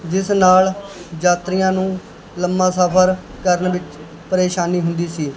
ਜਿਸ ਨਾਲ ਯਾਤਰੀਆਂ ਨੂੰ ਲੰਬਾ ਸਫ਼ਰ ਕਰਨ ਵਿੱਚ ਪਰੇਸ਼ਾਨੀ ਹੁੰਦੀ ਸੀ